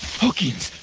hawkins,